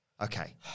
okay